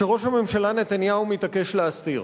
שראש הממשלה נתניהו מתעקש להסתיר.